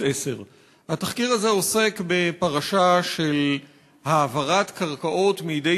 10. התחקיר הזה עוסק בפרשה של העברת קרקעות מידי